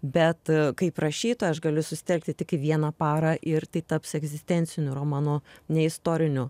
bet kaip rašytoja aš galiu susitelkti tik vieną parą ir tai taps egzistenciniu romanu ne istoriniu